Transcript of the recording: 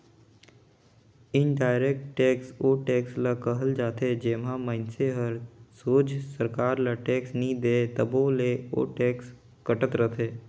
indirect tax ओ tax ल कहल जाथे जेम्हां मइनसे हर सोझ सरकार ल टेक्स नी दे तबो ले ओ टेक्स कटत रहथे